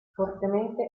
fortemente